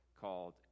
called